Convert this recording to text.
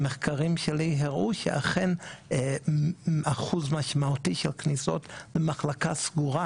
המחקרים שלי אמרו שאכן אחוז משמעותי של כניסות למחלקה סגורה,